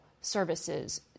services